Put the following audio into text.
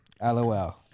LOL